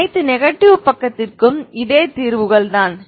அனைத்து நெகடிவ் பக்கத்திற்கும் இதே தீர்வுகள் தான்